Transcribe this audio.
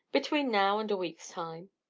between now and a week's time.